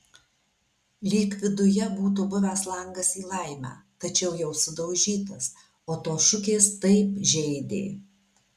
lyg viduje būtų buvęs langas į laimę tačiau jau sudaužytas o tos šukės taip žeidė